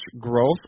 growth